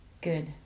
Good